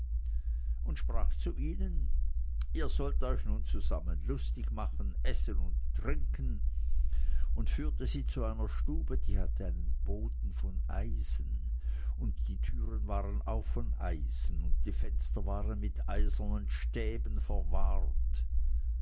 und sprach zu ihnen ihr sollt euch nun zusammen lustig machen essen und trinken und führte sie zu einer stube die hatte einen boden von eisen und die türen waren auch von eisen und die fenster waren mit eisernen stäben verwahrt